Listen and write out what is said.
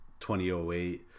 2008